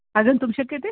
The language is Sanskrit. आगन्तुं शक्यते